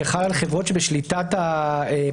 שחל על חברות שבשליטה פרטית,